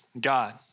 God